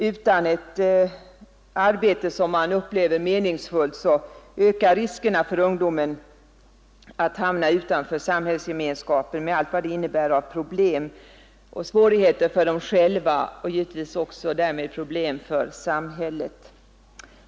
Utan ett arbete som man upplever som meningsfullt ökar riskerna för ungdomarna att hamna utanför samhällsgemenskapen med allt vad det innebär av problem och svårigheter för dem själva och därmed problem för samhället.